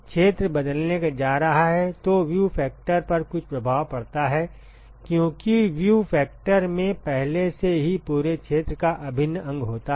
क्षेत्र बदलने जा रहा है तो व्यू फैक्टर पर कुछ प्रभाव पड़ता है क्योंकि व्यू फैक्टर में पहले से ही पूरे क्षेत्र का अभिन्न अंग होता है